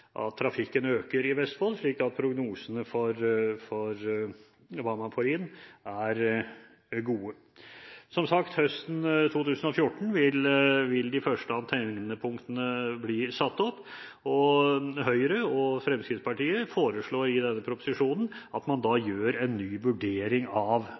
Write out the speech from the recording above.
at trafikken øker i Vestfold, slik at prognosene for hva man får inn, er gode. Som sagt: Høsten 2014 vil de første antennepunktene bli satt opp. Høyre og Kristelig Folkeparti foreslår i denne innstillingen at man gjør en ny vurdering av